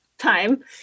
time